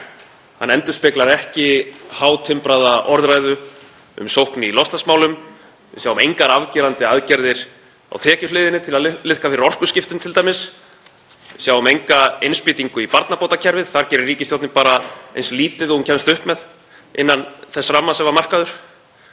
Hann endurspeglar ekki hátimbraða orðræðu um sókn í loftslagsmálum, við sjáum t.d. engar afgerandi aðgerðir á tekjuhliðinni til að liðka fyrir orkuskiptum. Við sjáum enga innspýtingu í barnabótakerfið. Þar gerir ríkisstjórnin eins lítið og hún kemst upp með innan þess ramma sem var markaður.